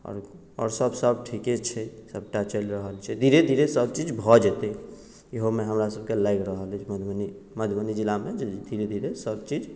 आओर आओर सब सब ठीके छै सबटा चलि रहल छै धीरे धीरे सब चीज भऽ जेतै इहोमे हमरा सबके लागि रहल अछि मनमे मधुबनी जिलामे धीरे धीरे सब चीज